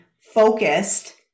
focused